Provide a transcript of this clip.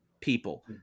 people